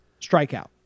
Strikeout